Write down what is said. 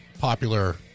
popular